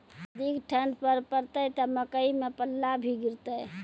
अधिक ठंड पर पड़तैत मकई मां पल्ला भी गिरते?